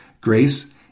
Grace